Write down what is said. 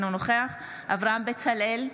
אינו נוכח אברהם בצלאל,